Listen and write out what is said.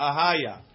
Ahaya